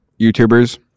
YouTubers